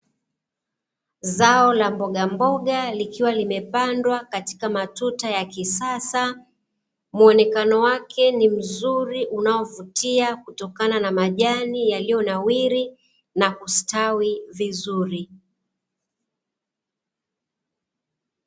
Zao la mbogamboga likiwa limepandwa katika matuta ya kisasa, muonekano wake ni mzuri unaovutia kutokana na majani yaliyonawiri na kustawi vizuri.